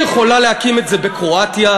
היא יכולה להקים אותו בקרואטיה,